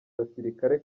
basirikare